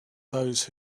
those